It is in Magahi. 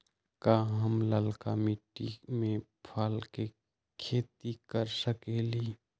का हम लालका मिट्टी में फल के खेती कर सकेली?